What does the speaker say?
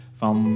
van